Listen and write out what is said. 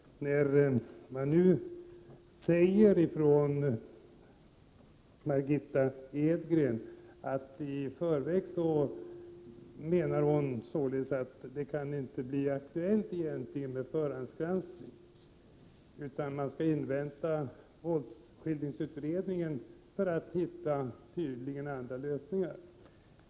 Margitta Edgren säger att det inte kan bli aktuellt med förhandsgranskning, utan man skall invänta våldsskildringsutredningens slutbetänkande för att där hitta andra lösningar.